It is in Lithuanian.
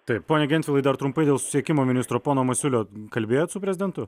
taip pone gentvilai dar trumpai dėl susisiekimo ministro pono masiulio kalbėjot su prezidentu